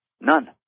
none